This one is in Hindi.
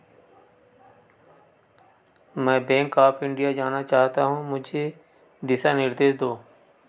मैं बैंक ऑफ इंडिया जाना चाहता हूँ मुझे दिशा निर्देश दो